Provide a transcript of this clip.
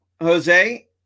Jose